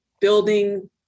building